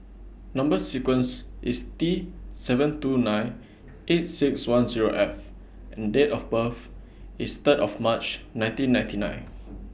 Number sequence IS T seven two nine eight six one Zero F and Date of birth IS Third of March nineteen ninety nine